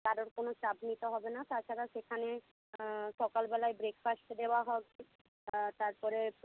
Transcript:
কারোর কোন চাপ নিতে হবে না তাছাড়া সেখানে সকালবেলায় ব্রেকফাস্ট দেওয়া হবে তারপরে